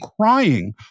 crying